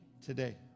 today